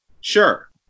sure